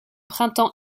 printemps